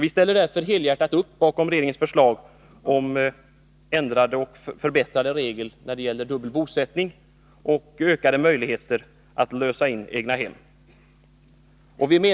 Vi ställer därför helhjärtat upp bakom regeringens förslag om ändrade och förbättrade regler när det gäller dubbel bosättning och ökade möjligheter att lösa in egnahem.